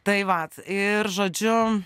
tai vat ir žodžiu